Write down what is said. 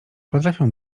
potrafią